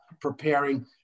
preparing